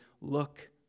look